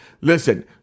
Listen